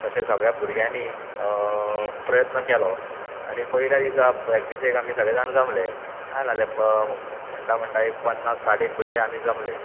तशें सगळ्या भुरग्यांनी प्रयत्न केलो आनी पयल्या दिसा प्रॅक्टीसेक आमी सगळे जाण जमले म्हणटा म्हणटा एक पन्नास साठेक जाण भुरगें आमी जमले